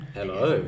hello